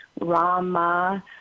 Rama